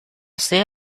ser